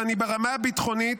וברמה הביטחונית,